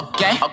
Okay